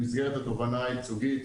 במסגרת התובענה הייצוגית,